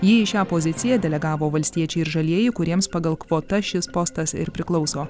jį į šią poziciją delegavo valstiečiai ir žalieji kuriems pagal kvotas šis postas ir priklauso